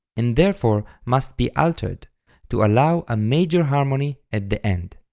and therefore must be altered to allow a major harmony at the end.